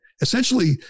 Essentially